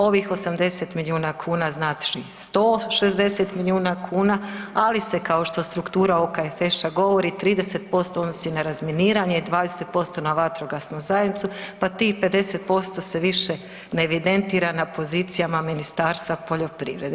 Ovih 80 milijuna kuna znači 160 milijuna kuna ali se kao što struktura OKFŠ-a govori 30% odnosi na razminiranje, 20% na vatrogasnu zajednicu pa tih 50% se više ne evidentira na pozicijama Ministarstva poljoprivredne.